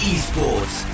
Esports